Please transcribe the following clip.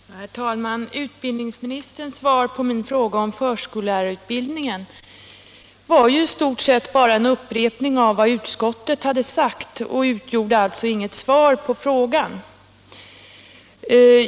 Herr talman! Utbildningsministerns svar på min fråga om förskollärarutbildningen var ju i stort sett bara en upprepning av vad utskottet sagt, och det var alltså inget svar på frågan.